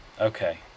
Okay